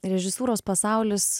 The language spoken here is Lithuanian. režisūros pasaulis